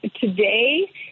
today